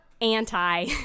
anti-